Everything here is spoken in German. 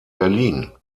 berlin